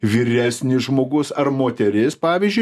vyresnis žmogus ar moteris pavyzdžiui